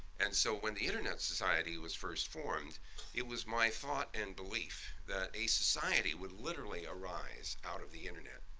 and so when the internet society was first formed it was my thought and belief that a society would literally arise out of the internet.